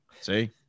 see